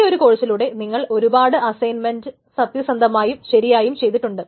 ഈ ഒരു കോഴ്സിലൂടെ നിങ്ങൾ ഒരുപാട് അസൈൻമെൻറ് സത്യസന്ധമായും ശരിയായും ചെയ്തിട്ടുണ്ട്